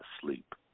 sleep